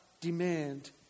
demand